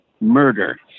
murder